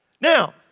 Now